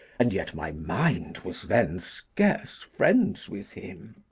and yet my mind was then scarce friends with him.